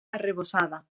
arrebossada